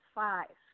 five